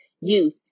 youth